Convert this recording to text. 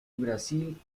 brasil